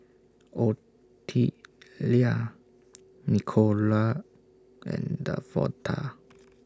Ottilia Nicola and Davonta